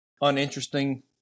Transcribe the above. uninteresting